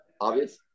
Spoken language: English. obvious